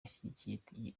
ashyigikiye